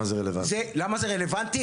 למה זה רלוונטי?